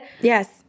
yes